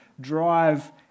drive